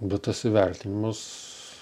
bet tas įvertinimas